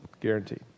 Guaranteed